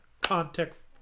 context